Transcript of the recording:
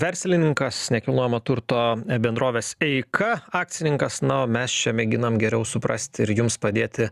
verslininkas nekilnojamo turto bendrovės eika akcininkas na o mes čia mėginam geriau suprasti ir jums padėti